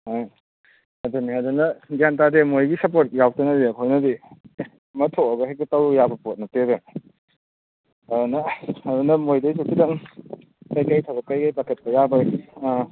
ꯍꯣꯏ ꯑꯗꯨꯅꯦ ꯑꯗꯨꯅ ꯒ꯭ꯌꯥꯟ ꯇꯥꯗꯦ ꯃꯣꯏꯒꯤ ꯁꯞꯄꯣꯠ ꯌꯥꯎꯗꯅꯗꯤ ꯑꯩꯈꯣꯏꯅꯗꯤ ꯑꯦ ꯑꯃ ꯊꯣꯛꯂꯒ ꯍꯦꯛꯇ ꯇꯧꯔꯨ ꯌꯥꯕ ꯄꯣꯠ ꯅꯠꯇꯦꯗ ꯑꯗꯨꯅ ꯑꯗꯨꯅ ꯃꯣꯏꯗꯩꯁꯨ ꯈꯤꯇꯪ ꯀꯩꯀꯩ ꯊꯕꯛ ꯀꯩꯀꯩ ꯄꯥꯏꯈꯠꯄ ꯌꯥꯕꯒꯦ ꯑꯥ